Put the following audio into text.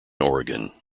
oregon